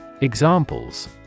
EXAMPLES